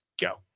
go